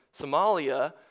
Somalia